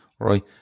Right